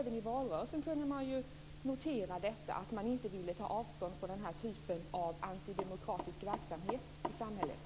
Även i valrörelsen kunde man notera att de inte ville ta avstånd från den här typen av antidemokratisk verksamhet i samhället.